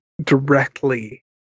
directly